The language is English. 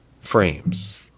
frames